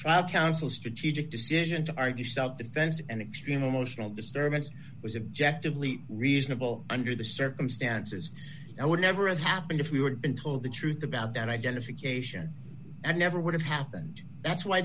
trial counsel strategic decision to argue self defense and extreme emotional disturbance was objective leap reasonable under the circumstances i would never have happened if we would been told the truth about that identification and never would have happened that's why